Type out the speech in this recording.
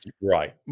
right